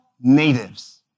natives